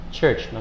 Church